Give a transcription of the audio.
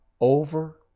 over